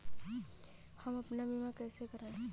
हम अपना बीमा कैसे कराए?